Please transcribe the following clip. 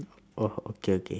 orh okay okay